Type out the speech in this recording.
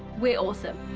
we're awesome.